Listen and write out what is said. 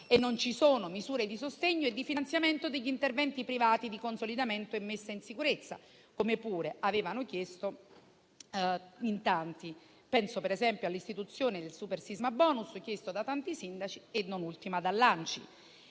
e non ci sono misure di sostegno e di finanziamento degli interventi privati di consolidamento e messa in sicurezza, come pure avevano chiesto in tanti. Penso per esempio all'istituzione del super sismabonus chiesto da tanti sindaci e, non ultima, dall'ANCI.